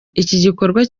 gikorwa